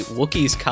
Wookiees